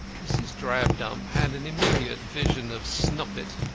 mrs. drabdump had an immediate vision of snoppet,